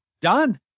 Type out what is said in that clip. Done